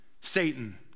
Satan